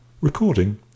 Recording